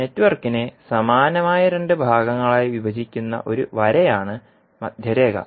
നെറ്റ്വർക്കിനെ സമാനമായ രണ്ട് ഭാഗങ്ങളായി വിഭജിക്കുന്ന ഒരു വരയാണ് മധ്യരേഖ